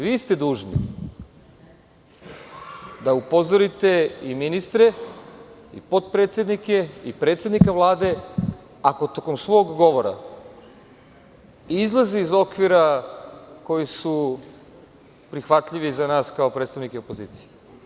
Vi ste dužni da upozorite i ministre i potpredsednike i predsednika Vlade ako tokom svog govora izlaze iz okvira koji su prihvatljivi za nas kao predstavnike opozicije.